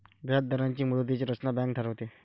व्याजदरांची मुदतीची रचना बँक ठरवते